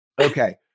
okay